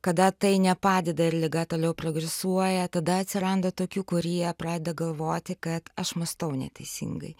kada tai nepadeda ir liga toliau progresuoja tada atsiranda tokių kurie pradeda galvoti kad aš mąstau neteisingai